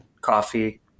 Coffee